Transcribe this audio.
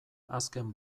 azken